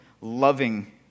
loving